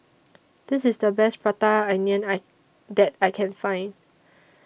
This IS The Best Prata Onion I that I Can Find